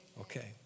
Okay